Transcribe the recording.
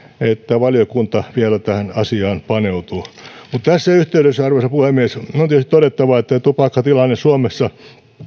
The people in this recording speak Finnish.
että valiokunta vielä tähän asiaan paneutuu tässä yhteydessä arvoisa puhemies on tietysti todettava että tupakkatilanne suomessa